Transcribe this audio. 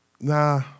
nah